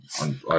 on